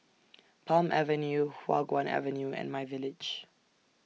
Palm Avenue Hua Guan Avenue and MyVillage